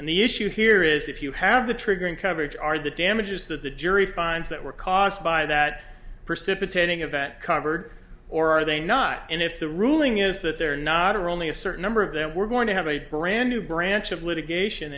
and the issue here is if you have the triggering coverage are the damages that the jury finds that were caused by that precipitating event covered or are they not and if the ruling is that they're not or only a certain number of them we're going to have a brand new branch of litigation